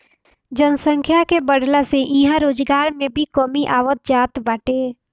जनसंख्या के बढ़ला से इहां रोजगार में भी कमी आवत जात बाटे